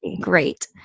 great